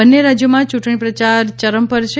બંને રાજ્યોમાં યૂંટણી પ્રચાર ચરમ પર છે